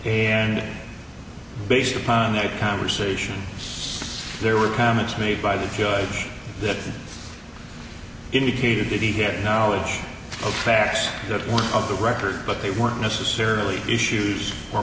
and based upon their conversation there were comments made by the judge that indicated that he had knowledge of facts that one off the record but they weren't necessarily issues or